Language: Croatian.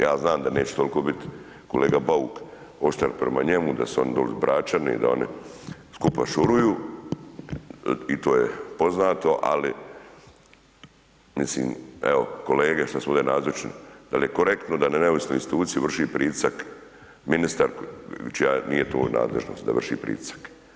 Ja znam da neće toliko bit kolega Bauk oštar prema njemu, da su oni doli Bračani, da oni skupa šuruju i to je poznato, ali mislim, evo kolege što su ovdje nazočni da li je korektno da na neovisnu instituciju vrši pritisak ministar čija nije to nadležnost, da vrši pritisak.